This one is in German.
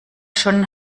schon